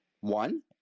One